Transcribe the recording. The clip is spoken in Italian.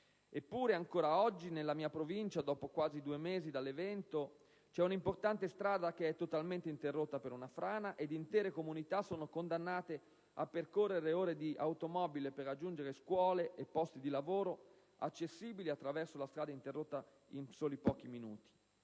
Eppure ancora oggi nella mia provincia, dopo quasi due mesi dall'evento, c'è una importante strada che è totalmente interrotta per una frana ed intere comunità sono condannate a percorrere ore di automobile per raggiungere scuole e posti di lavoro accessibili attraverso la strada interrotta in soli pochi minuti.